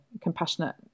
compassionate